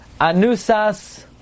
Anusas